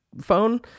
phone